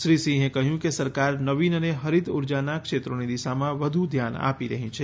શ્રીસિંહે કહ્યું કે સરકાર નવીન અને હરિત ઉર્જાના ક્ષેત્રોની દિશામાં વધુ ધ્યાન આપી રહી છે